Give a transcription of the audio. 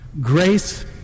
Grace